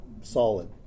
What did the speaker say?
solid